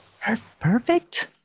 Perfect